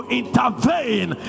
intervene